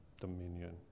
Dominion